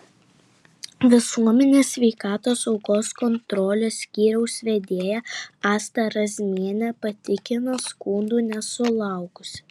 visuomenės sveikatos saugos kontrolės skyriaus vedėja asta razmienė patikino skundų nesulaukusi